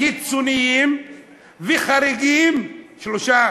קיצוניים וחריגים, שלושה,